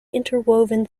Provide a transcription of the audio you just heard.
interwoven